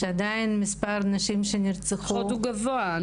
שעדיין מספר הנשים שנרצחו --- שעוד הוא גבוה.